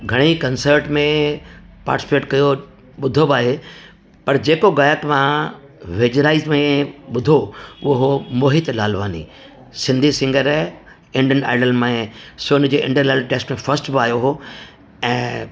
घणे ई कंसट में पाटिसिपेट कयो ॿुधो बि आहे पर जेको गायक मां वेझिराई में ॿुधो उहो हुओ Mohit Lalwani Sindhi singer Indian Idol में सोनी जे इंडियन आइडल टेस्ट में फस्ट बि आहियो हुओ ऐं